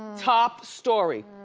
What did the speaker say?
top story,